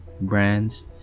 brands